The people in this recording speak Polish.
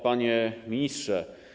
Panie Ministrze!